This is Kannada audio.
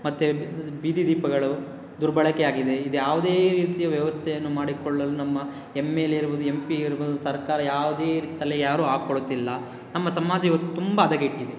ಮತ್ತು ಬೀದಿ ದೀಪಗಳು ದುರ್ಬಳಕೆ ಆಗಿದೆ ಇದು ಯಾವುದೇ ರೀತಿಯ ವ್ಯವಸ್ಥೆಯನ್ನು ಮಾಡಿಕೊಳ್ಳಲು ನಮ್ಮ ಎಂ ಎಲ್ ಎ ಇರ್ಬೋದು ಎಂ ಪಿ ಇರ್ಬೋದು ಸರ್ಕಾರ ಯಾವುದೇ ತಲೆ ಯಾರೂ ಹಾಕ್ಕೊಳುತ್ತಿಲ್ಲ ನಮ್ಮ ಸಮಾಜ ಇವತ್ತು ತುಂಬ ಹದಗೆಟ್ಟಿದೆ